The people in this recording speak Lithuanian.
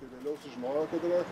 tai vėliau sužinojo kad yra